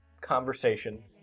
conversation